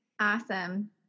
Awesome